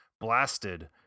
blasted